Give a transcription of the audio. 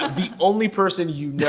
the only person you know.